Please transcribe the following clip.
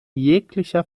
jeglicher